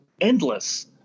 endless